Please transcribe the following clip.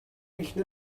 эхнэр